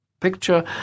picture